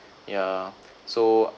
yeah so